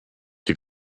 dir